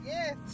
Yes